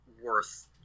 worth